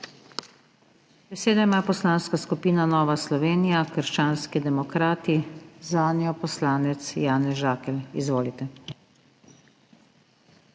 Besedo ima Poslanska skupina Nova Slovenija – krščanski demokrati, zanjo poslanec Janez Žakelj. Izvolite.